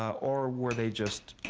or were they just,